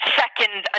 second